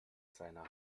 seiner